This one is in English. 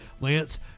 Lance